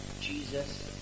Jesus